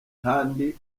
handi